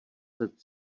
set